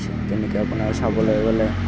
তেনেকৈ আপোনাৰ চাবলৈ গ'লে